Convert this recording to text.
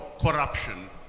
corruption